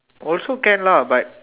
also can lah but